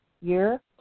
year